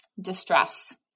distress